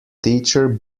teacher